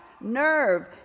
nerve